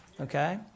okay